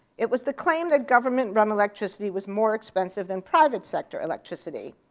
it was the claim that government run electricity was more expensive than private sector electricity.